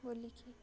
ବୋଲିିକି